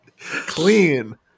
Clean